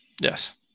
Yes